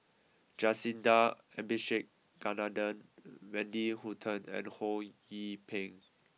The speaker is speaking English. Jacintha Abisheganaden Wendy Hutton and Ho Yee Ping